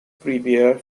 prepare